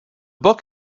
book